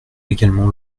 également